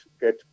get